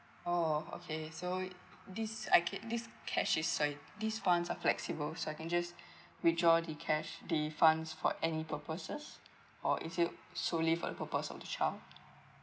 oh okay so this I can this cash is sorry these funds are flexible so I can just withdraw the cash the funds for any purposes or is it solely for the purpose of the child